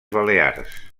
balears